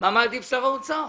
ומה מעדיף שר האוצר.